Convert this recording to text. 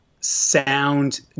sound